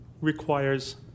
requires